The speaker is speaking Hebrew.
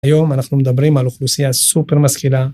היום אנחנו מדברים על אוכלוסייה סופר משכילה.